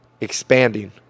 expanding